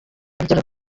urugero